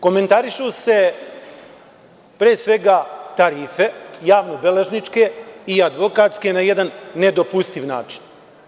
Komentarišu se, pre svega, tarife javnobeležničke i advokatske na jedan nedopustiv način.